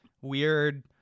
weird